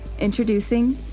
Introducing